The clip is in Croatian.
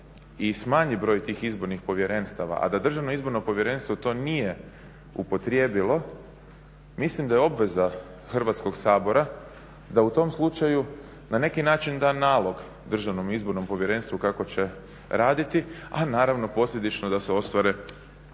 i smanji broj tih izbornih povjerenstava a da Državno izborno povjerenstvo to nije upotrijebio mislim da je obveza Hrvatskog sabora da u tom slučaju na neki način da nalog Državnom izbornom povjerenstvu kako će raditi a naravno posljedično da se ostvare